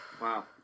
wow